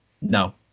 No